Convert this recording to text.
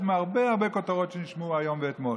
מהרבה הרבה כותרות שנשמעו היום ואתמול,